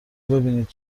ببینید